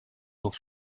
nur